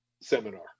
Seminar